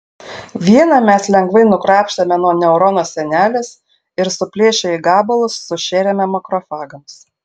vieną mes lengvai nukrapštėme nuo neurono sienelės ir suplėšę į gabalus sušėrėme makrofagams